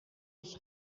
ich